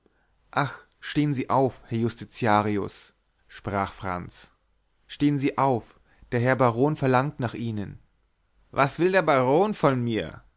ach stehen sie auf herr justitiarius sprach franz stehen sie auf der herr baron verlangt nach ihnen was will der baron von mir